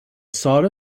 sought